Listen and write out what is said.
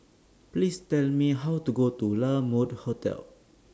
Please Tell Me How to Go to La Mode Hotel